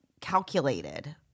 calculated